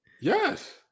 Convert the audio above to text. Yes